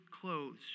clothes